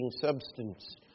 substance